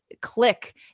click